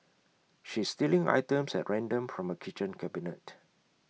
she's stealing items at random from her kitchen cabinet